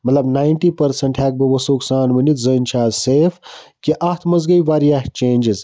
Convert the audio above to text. مطلب ناینٹی پٔرسَنٛٹہٕ ہیٚکہٕ بہٕ وثوٗق سان ؤنِتھ زٔنۍ چھِ آز سیف کہِ اتھ مَنٛز گٔے واریاہ چینٛجِز